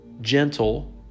gentle